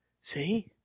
See